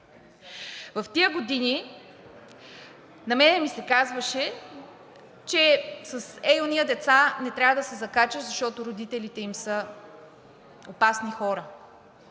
В тези години на мен ми се казваше, че с ей онези деца не трябва да се закачаш, защото родителите им са опасни хора.